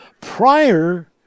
prior